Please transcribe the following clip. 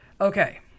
okay